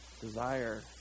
Desire